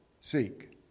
seek